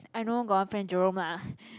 I know got one friend Jerome lah